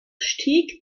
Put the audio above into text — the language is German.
stieg